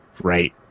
right